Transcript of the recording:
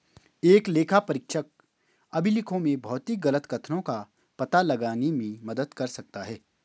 एक लेखापरीक्षक अभिलेखों में भौतिक गलत कथनों का पता लगाने में मदद कर सकता है